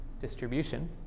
distribution